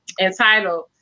entitled